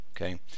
Okay